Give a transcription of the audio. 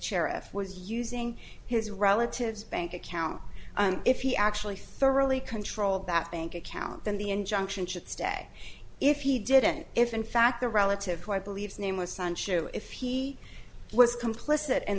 cherif was using his relatives bank account if he actually thoroughly control that bank account then the injunction should stay if he didn't if in fact the relative who i believe name was son show if he was complicit in